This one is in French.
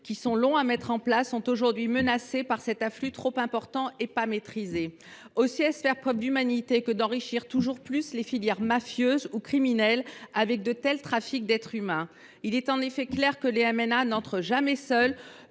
l’ASE, longs à se mettre en place, sont aujourd’hui menacés par cet afflux trop important et non maîtrisé. Est ce faire preuve d’humanité que d’enrichir toujours plus les filières mafieuses ou criminelles avec de tels trafics d’êtres humains ? Il est en effet clair que les MNA n’entrent jamais seuls,